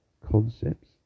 concepts